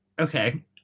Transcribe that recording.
okay